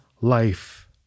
life